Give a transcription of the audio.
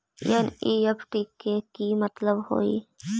NEFT के कि मतलब होइ?